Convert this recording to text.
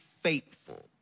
faithful